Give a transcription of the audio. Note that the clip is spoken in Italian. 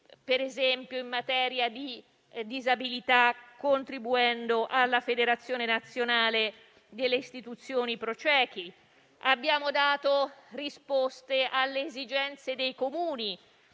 ad esempio in materia di disabilità, contribuendo alla Federazione nazionale delle istituzioni *pro* ciechi, abbiamo dato risposte alle esigenze dei Comuni